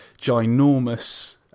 ginormous